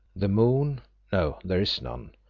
the moon no, there is none,